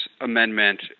Amendment